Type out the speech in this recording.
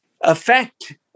affect